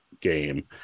game